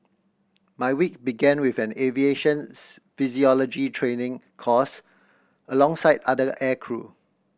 my week began with an aviation physiology training course alongside other aircrew